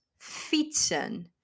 fietsen